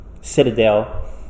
Citadel